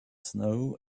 snow